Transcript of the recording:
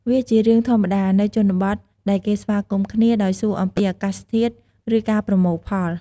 វាជារឿងធម្មតា នៅជនបទ ដែលគេស្វាគមន៍គ្នាដោយសួរអំពីអាកាសធាតុ ឬការប្រមូលផល។